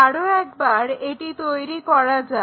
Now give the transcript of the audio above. আরো একবার এটি তৈরি করা যাক